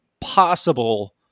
possible